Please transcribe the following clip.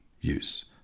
use